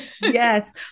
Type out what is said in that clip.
yes